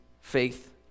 faith